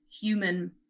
human